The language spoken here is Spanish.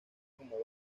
como